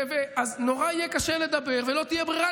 יהיה נורא קשה לדבר ולא תהיה ברירה,